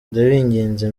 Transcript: ndabinginze